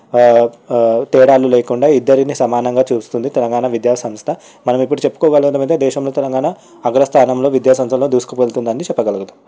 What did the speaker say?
తేడాలు లేకుండా ఇద్దరిని సమానంగా చూస్తుంది తెలంగాణ విద్యా సంస్థ మనం ఇప్పుడు చెప్పుకోగలం అంటే దేశంలో తెలంగాణ అగ్రస్థానంలో విద్యాసంస్థలో దూసుకుపోతుందని చెప్పగలుగుతాం